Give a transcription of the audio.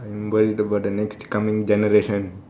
I am worried about the next coming generation